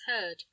heard